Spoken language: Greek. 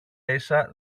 ίσα